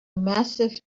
massive